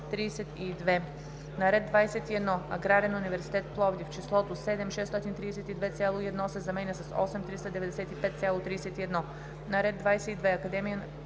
на ред 21. Аграрен университет – Пловдив, числото „7 632,1“ се заменя с „8 395,31“.